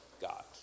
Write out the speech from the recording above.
God